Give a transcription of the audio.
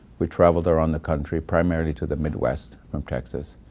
we traveled around the country, primarily to the midwest from texas.